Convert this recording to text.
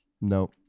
no